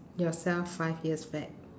yourself five years back